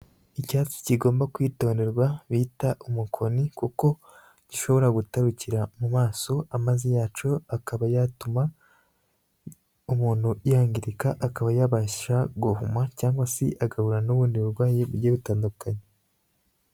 Icyatsi kigomba kwitonderwa bita umukoni kuko gishobora gutarukira mu maso amazi yacu akaba yatuma umuntu yangirika, akaba yabasha guhuma cyangwa se agahura n'ubundi burwayi bugiye butandukanye.